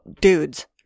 dudes